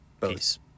peace